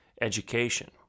Education